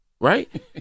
Right